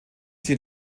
sie